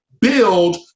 build